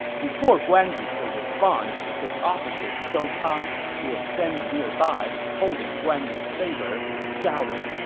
before guan yu could respond, his officer zhou cang, who was standing nearby, holding guan yu's saber, shouted,